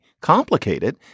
complicated